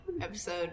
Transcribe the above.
episode